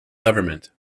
government